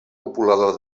copulador